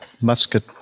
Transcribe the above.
musket